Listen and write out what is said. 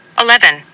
Eleven